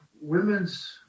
Women's